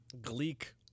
gleek